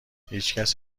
هیچکس